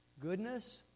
goodness